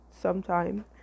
sometime